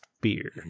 beer